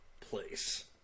place